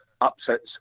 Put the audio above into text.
upsets